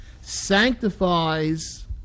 sanctifies